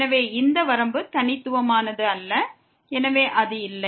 எனவே இந்த வரம்பு தனித்துவமானது அல்ல எனவே அது இருக்கப்போவதில்லை